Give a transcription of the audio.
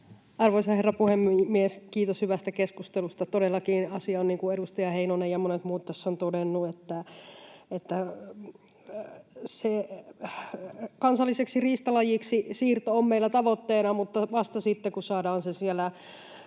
Arvoisa herra puhemies! Kiitos hyvästä keskustelusta. Todellakin asia on niin kuin edustaja Heinonen ja monet muut tässä ovat todenneet, että kansalliseksi riistalajiksi siirto on meillä tavoitteena mutta vasta sitten, kun saadaan se siellä